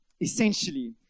Essentially